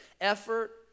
effort